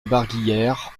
barguillère